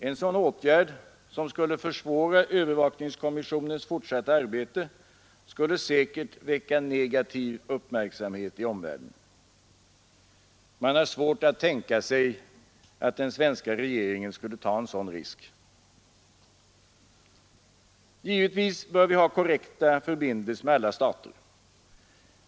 En sådan åtgärd, som skulle försvåra övervakningskommissio nens fortsatta arbete, skulle säkert väcka negativ uppmärksamhet i omvärlden. Man har svårt att tänka sig att den svenska regeringen skulle ta en sådan risk. Givetvis bör vi ha korrekta förbindelser med alla stater.